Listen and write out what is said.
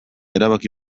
erabaki